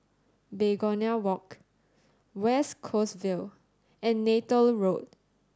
Begonia Walk West Coast Vale and Neythal Road